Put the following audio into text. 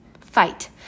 fight